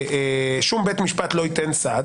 "שום בית משפט לא ייתן סעד",